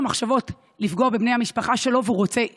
מחשבות לפגוע בבני המשפחה שלו והוא רוצה טיפול,